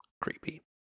creepy